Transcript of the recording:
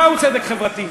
מהו צדק חברתי?